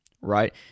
right